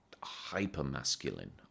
hyper-masculine